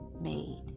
made